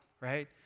right